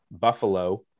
Buffalo